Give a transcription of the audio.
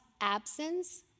absence